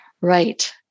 Right